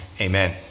Amen